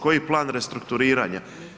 Koji plan restrukturiranja?